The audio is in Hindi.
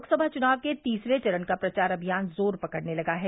लोकसभा चुनाव के तीसरे चरण का प्रचार अभियान जोर पकड़ने लगा है